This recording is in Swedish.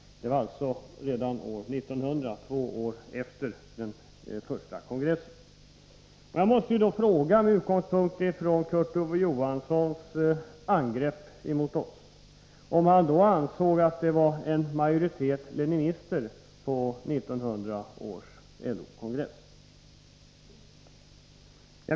Det var alltså redan år 1900, två år efter den första kongressen. Med utgångspunkt i Kurt Ove Johanssons angrepp mot oss måste jag fråga, om han anser att det var en majoritet av leninister på 1900 års LO-kongress.